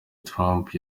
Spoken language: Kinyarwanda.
trump